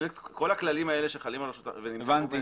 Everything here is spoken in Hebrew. כל הכללים האלה שחלים על רשות האכיפה והגבייה --- הבנתי.